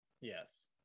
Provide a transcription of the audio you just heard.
Yes